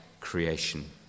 creation